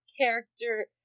character